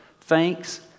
Thanks